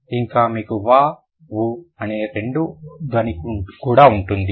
ఇంకా మీకు వ వు అనే రెండవ ధ్వని ఉంటుంది